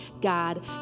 God